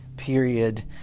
period